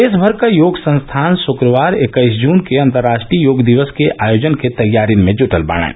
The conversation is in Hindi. देशभर के योग संस्थान शुक्रवार इक्कीस जून को अंतर्राष्ट्रीय योग दिवस के आयोजन की तैयारियों में जूटे हैं